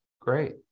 Great